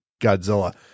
Godzilla